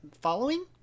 following